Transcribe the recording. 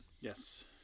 Yes